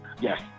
Yes